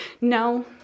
no